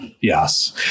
yes